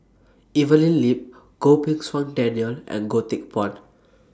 Evelyn Lip Goh Pei Siong Daniel and Goh Teck Phuan